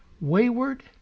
wayward